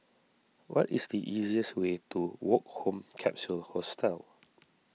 what is the easiest way to Woke Home Capsule Hostel